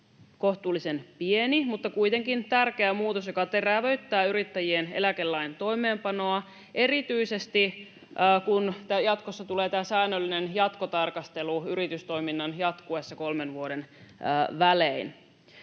kohtalaisen pieni mutta kuitenkin tärkeä muutos, joka terävöittää yrittäjien eläkelain toimeenpanoa, erityisesti kun jatkossa tulee tämä säännöllinen jatkotarkastelu kolmen vuoden välein